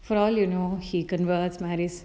for all you know he converts my risk